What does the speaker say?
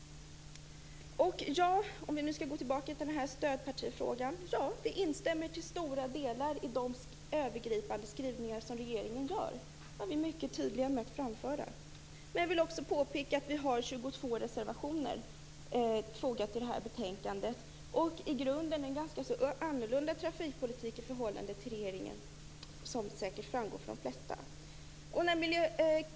Om vi skall gå tillbaka till att tala om stödpartifrågan kan jag säga att vi till stora delar instämmer i regeringens övergripande skrivningar. Det var vi mycket tydliga med att framföra. Men jag vill också påpeka att vi har fogat 22 reservationer till betänkandet. I grunden står vi för en ganska annorlunda trafikpolitik i förhållande till regeringens, vilket säkert framgår för de flesta.